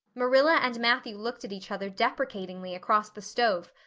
marilla and matthew looked at each other deprecatingly across the stove.